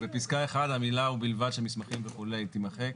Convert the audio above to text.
בפסקה 1, המילה "ובלבד שמסמכים" וכו', תימחק.